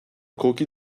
croquis